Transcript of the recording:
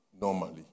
normally